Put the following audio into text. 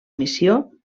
missió